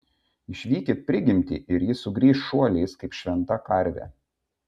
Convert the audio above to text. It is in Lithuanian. išvykit prigimtį ir ji sugrįš šuoliais kaip šventa karvė